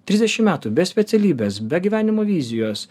trisdešim metų be specialybės be gyvenimo vizijos